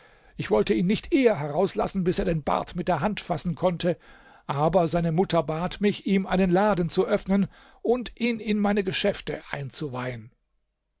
ich wollte ihn nicht eher herauslassen bis er den bart mit der hand fassen konnte aber seine mutter bat mich ihm einen laden zu öffnen und ihn in meine geschäfte einzuweihen